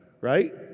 right